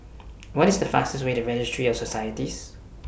What IS The fastest Way to Registry of Societies